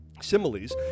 Similes